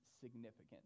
significant